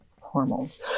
hormones